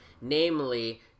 Namely